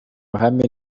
ruhame